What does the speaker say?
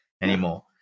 anymore